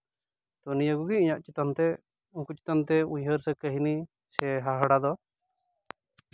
ᱛᱚᱵᱮ ᱱᱤᱭᱟᱹ ᱠᱚᱜᱮ ᱤᱧᱟᱹᱜ ᱪᱤᱛᱟᱹᱱ ᱛᱮ ᱩᱱᱠᱩ ᱪᱮᱛᱟᱱ ᱛᱮ ᱩᱭᱦᱟᱹᱨ ᱥᱮ ᱠᱟᱹᱦᱱᱤ ᱥᱮ ᱦᱟᱦᱟᱲᱟ ᱫᱚ